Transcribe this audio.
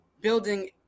building